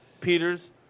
Peters